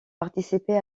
participé